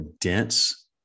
dense